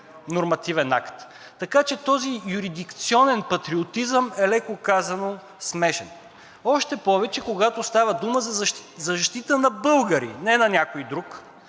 нормативен акт. Така че този юрисдикционен патриотизъм е, меко казано, смешен, още повече, когато става дума за защита на българи, не на някой друг.